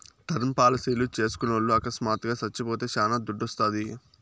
term పాలసీలు చేస్కున్నోల్లు అకస్మాత్తుగా సచ్చిపోతే శానా దుడ్డోస్తాది